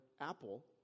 Apple